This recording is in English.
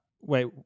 Wait